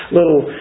little